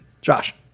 Josh